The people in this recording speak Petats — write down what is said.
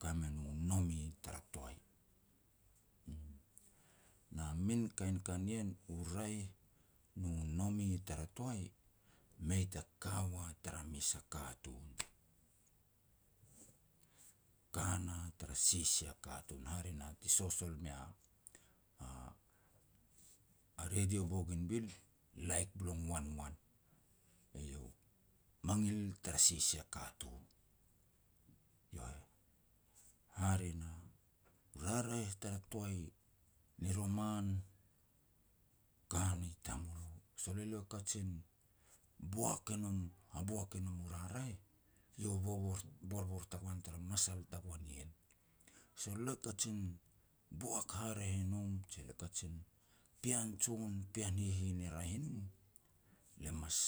ka me nu nome tara toai, uum. Na min kain ka nien, u raeh nu nome tara toai, mei ta ka ua tara mes a katun, ka na tara sisia katun, hare na ti sosol mea a radio Bougainville, 'laik blong wanwan', eiau. Mangil tara sisia katun, iau heh. Hare na, raraeh tara toai ni roman, ka ni tamulo. Sol elo kajin boak e nom, haboak e nom u raraeh, iau u bobor-borbor tara masal tagoan ien. Sol elo e kajin boak haraeh i nom, je lo e kajin pean jon pean hihin e raeh i nom, le mas